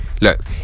look